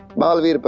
baalveer? but